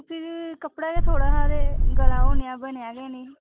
ओह् फ्ही कपड़ा गै थोह्ड़ा हा ते गला उऐ नेहा बनेआ गै नी